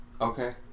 Okay